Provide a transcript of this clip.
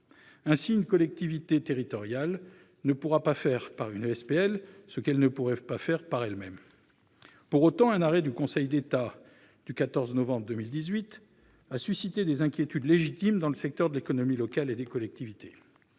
Ainsi une collectivité territoriale ne pourra-t-elle pas faire faire par une SPL ce qu'elle ne pourrait pas faire elle-même. Pour autant, un arrêt du Conseil d'État du 14 novembre 2018 a suscité des inquiétudes légitimes dans le secteur de l'économie locale et des collectivités.